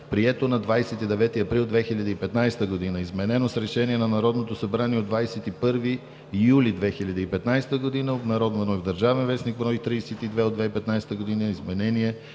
прието на 29 април 2015 г., изменено с Решение на Народното събрание от 21 юли 2015 г., обнародвано в „Държавен вестник“, бр. 32 от 2015 г., изменено